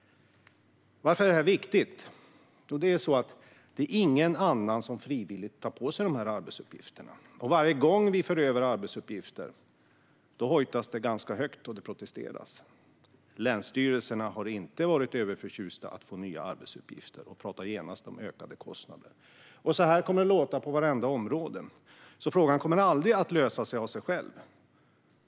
Varför är detta viktigt? Jo, för att ingen annan frivilligt tar på sig dessa arbetsuppgifter. Varje gång vi för över arbetsuppgifter protesteras det. Länsstyrelserna har inte varit överförtjusta över att få nya arbetsuppgifter och talar genast om ökade kostnader. Så här kommer det att låta på vartenda område, så frågan kommer aldrig att lösa sig av sig själv.